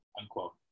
unquote